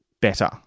better